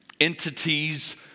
entities